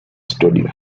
studio